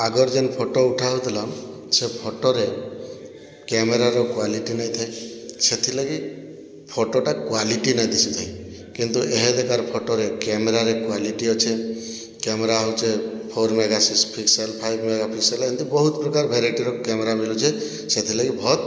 ଆଗର୍ ଯେନ୍ ଫଟୋ ଉଠା ହଉଥିଲା ସେ ଫଟୋରେ କ୍ୟାମେରାର କ୍ଵାଲିଟି ନାଇଥାଇ ସେଥିର୍ ଲାଗି ଫଟୋଟା କ୍ଵାଲିଟି ନାଇ ଦିଶୁଥାଇ କିନ୍ତୁ ଏହାଦିକାର ଫଟୋରେ କ୍ୟାମେରାରେ କ୍ଵାଲିଟି ଅଛି କ୍ୟାମେରା ହଉଛେ ଫୋର୍ ମେଗାପିକ୍ସଲ୍ ଫାଇପ୍ ମେଗାପିକ୍ସଲ୍ ଏମତି ବହୁତ୍ ପ୍ରକାର ଭେରାଇଟ୍ର କ୍ୟାମେରା ମିଳୁଛି ସେଥିର୍ ଲାଗି ବହୁତ୍